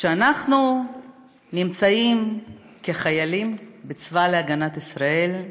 כשאנחנו נמצאים כחיילים בצבא ההגנה לישראל,